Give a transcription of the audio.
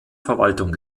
verwaltung